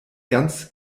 ganz